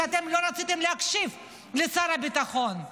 שאתם לא רציתם להקשיב לשר הביטחון?